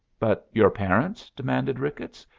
but your parents? demanded ricketts.